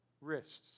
wrists